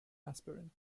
aspirin